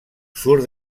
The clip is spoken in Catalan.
surt